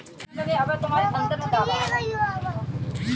मुर्गी फार्म खोल के कैसे मुनाफा कमा सकते हैं?